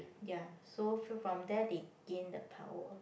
ya so from there they gain the power